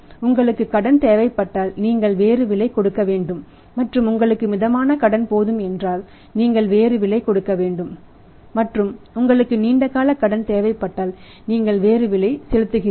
உங்களுக்கு கடன் தேவைப்பட்டால் நீங்கள் வேறு விலை கொடுக்க வேண்டும் மற்றும் உங்களுக்கு மிதமான கடன் போதும் என்றால் நீங்கள் வேறு விலை கொடுக்க வேண்டும் மற்றும் உங்களுக்கு நீண்டகால கடன் தேவைப்பட்டால் நீங்கள் வேறு விலை செலுத்துகிறீர்கள்